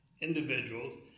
individuals